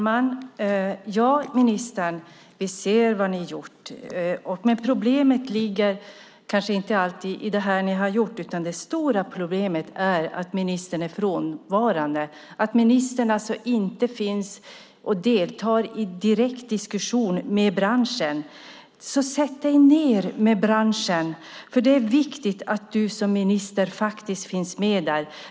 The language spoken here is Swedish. Fru talman! Vi ser vad ni har gjort. Problemet ligger kanske inte alltid i det ni har gjort. Det stora problemet är att ministern är frånvarande, att ministern inte deltar i direkt diskussion med branschen. Sätt dig ned med branschen. Det är viktigt att du som minister faktiskt finns med där.